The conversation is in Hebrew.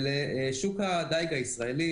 לשוק הדייג הישראלי,